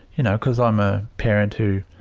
you know because i'm a parent who,